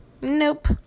Nope